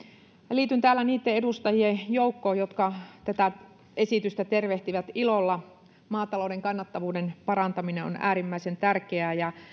liityn niitten edustajien joukkoon jotka tätä esitystä täällä tervehtivät ilolla maatalouden kannattavuuden parantaminen on äärimmäisen tärkeää ja